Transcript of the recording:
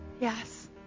Yes